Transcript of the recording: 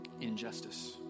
Injustice